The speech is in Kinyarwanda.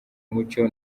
mucyo